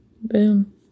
Boom